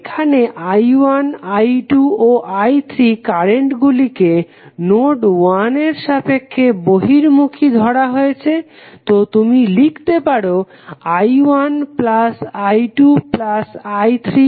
এখানে I1 I2 ও I3 কারেন্টগুলিকে নোড 1 এর সাপেক্ষে বহির্মুখী ধরা হয়েছে তো তুমি লিখতে পারো I1I2I30